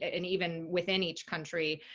and even within each country,